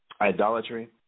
idolatry